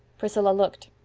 priscilla looked.